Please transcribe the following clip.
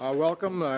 ah welcome.